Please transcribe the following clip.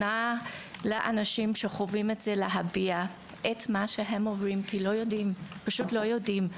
לאנשים שחווים זאת להביע את מה שהם עוברים כי פשוט לא יודעים.